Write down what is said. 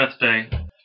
birthday